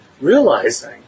realizing